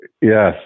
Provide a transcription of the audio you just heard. Yes